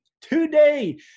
today